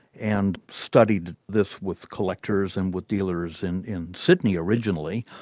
and studied this with collectors and with dealers, in in sydney originally,